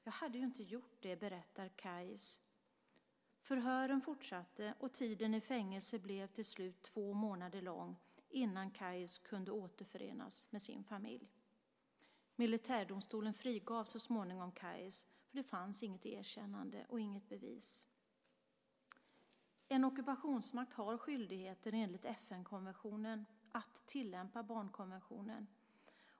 Jag hade ju inte gjort det, berättar Qais. Förhören fortsatte, och tiden i fängelse blev till slut två månader lång innan Qais kunde återförenas med sin familj. Militärdomstolen frigav honom så småningom. Det fanns inget erkännande och inga bevis. En ockupationsmakt har enligt FN-konventionen skyldighet att tillämpa barnkonventionen.